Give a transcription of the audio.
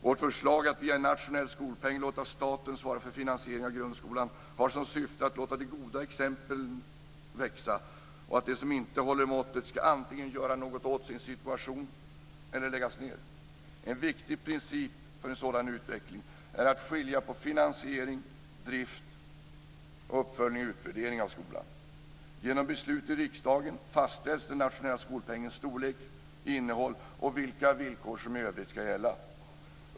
Vårt förslag att via en nationell skolpeng låta staten svara för finansieringen av grundskolan har som syfte att låta de goda exemplen växa medan de som inte håller måttet antingen ska göra något åt sin situation eller läggas ned. En viktig princip för en sådan utveckling är att skilja på finansiering, drift och uppföljning/utvärdering av skolan. Genom beslut i riksdagen fastställs den nationella skolpengens storlek och innehåll och vilka villkor som i övrigt ska gälla.